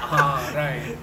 ha right